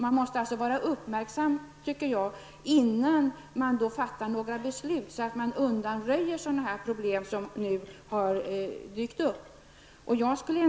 Man måste vara uppmärksam innan man fattar några beslut så att man undanröjer sådana problem som nu har dykt upp.